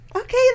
Okay